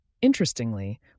Interestingly